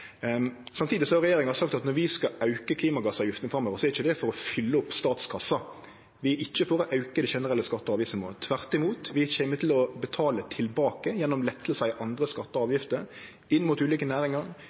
har regjeringa sagt at når vi skal auke klimagassavgiftene framover, er ikkje det for å fylle opp statskassa. Vi er ikkje for å auke det generelle skatte- og avgiftsnivået. Tvert imot, vi kjem til å betale tilbake gjennom lettar i andre skatter og